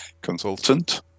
consultant